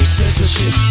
censorship